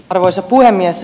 arvoisa puhemies